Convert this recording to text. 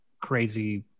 crazy